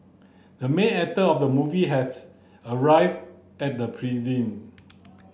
the main actor of the movie arrived at the